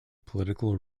political